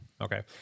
Okay